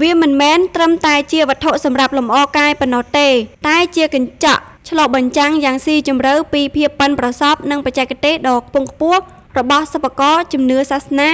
វាមិនមែនត្រឹមតែជាវត្ថុសម្រាប់លម្អកាយប៉ុណ្ណោះទេ តែជាកញ្ចក់ឆ្លុះបញ្ចាំងយ៉ាងស៊ីជម្រៅពី ភាពប៉ិនប្រសប់ និងបច្ចេកទេសដ៏ខ្ពង់ខ្ពស់របស់សិប្បករ ជំនឿ សាសនា